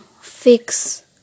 fix